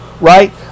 right